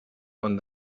one